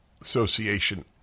Association